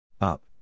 Up